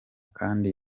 kandi